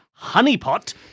honeypot